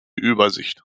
übersicht